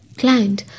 client